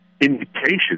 indication